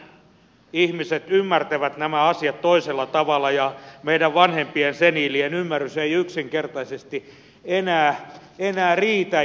nuoremmat ihmiset ymmärtävät nämä asiat toisella tavalla ja meidän vanhempien seniilien ymmärrys ei yksinkertaisesti enää riitä